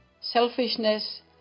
selfishness